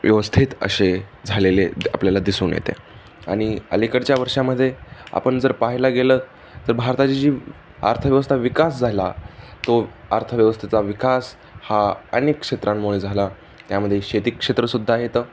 व्यवस्थित असे झालेले आपल्याला दिसून येते आणि अलीकडच्या वर्षामध्ये आपण जर पाहायला गेलं तर भारताची जी अर्थव्यवस्था विकास झाला तो अर्थव्यवस्थेचा विकास हा अनेक क्षेत्रांमुळे झाला त्यामध्ये शेती क्षेत्रसुद्धा येतं